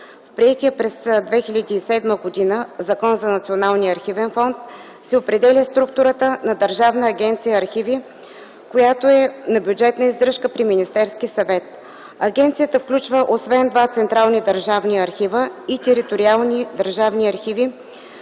В приетия през 2007 г. Закон за Националния архивен фонд се определя структурата на Държавна агенция „Архиви”, която е на бюджетна издръжка при Министерския съвет. Агенцията включва освен два централни държавни архива, и териториални държавни архиви,